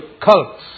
cults